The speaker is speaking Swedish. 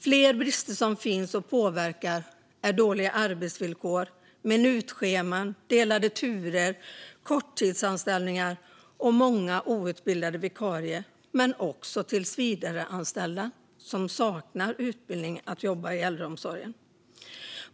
Fler brister som finns och påverkar är dåliga arbetsvillkor, minutscheman, delade turer, korttidsanställningar och många outbildade vikarier men också tillsvidareanställda som saknar utbildning för att jobba i äldreomsorgen.